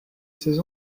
ses